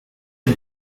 and